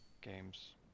games